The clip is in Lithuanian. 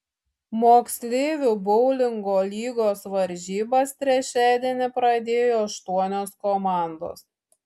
moksleivių boulingo lygos varžybas trečiadienį pradėjo aštuonios komandos